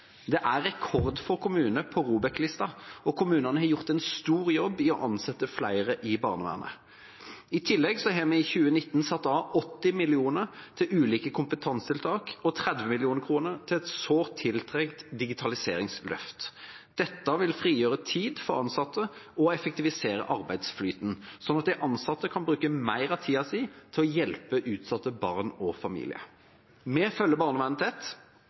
Det er rekord for kommuner på ROBEK-lista, og kommunene har gjort en stor jobb i å ansette flere i barnevernet. I tillegg har vi i 2019 satt av 80 mill. kr til ulike kompetansetiltak og 30 mill. kr til et sårt tiltrengt digitaliseringsløft. Dette vil frigjøre tid for ansatte og effektivisere arbeidsflyten, sånn at de ansatte kan bruke mer av tida si til å hjelpe utsatte barn og familier. Vi følger barnevernet tett